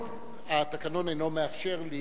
התקנון אינו מאפשר לי